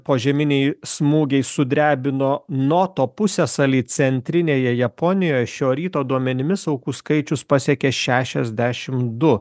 požeminiai smūgiai sudrebino noto pusiasalį centrinėje japonijoj šio ryto duomenimis aukų skaičius pasiekė šešiasdešimt du